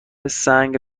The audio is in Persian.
سنگ